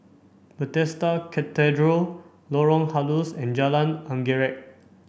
Bethesda Cathedral Lorong Halus and Jalan Anggerek